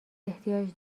احتیاج